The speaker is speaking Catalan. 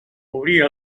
obria